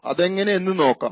അതെങ്ങനെ എന്ന് നോക്കാം